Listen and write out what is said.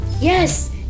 Yes